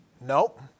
Nope